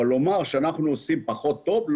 אבל לומר שאנחנו עושים פחות טוב,